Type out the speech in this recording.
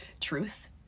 truth